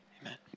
Amen